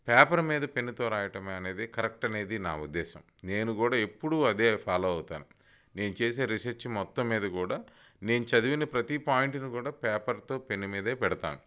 paper మీద పెన్నుతో రాయటమే అనేది కరెక్ట్ అనేది నా ఉద్దేశం నేను కూడా ఎప్పుడూ అదే ఫాలో అవుతాను నేను చేసే రీసర్చ్ మొత్తం మీద కూడా నేను చదివిన ప్రతీ పాయింట్ని కూడా పేపర్తో పెన్ను మీదే పెడతాను